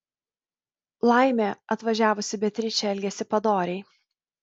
laimė atvažiavusi beatričė elgėsi padoriai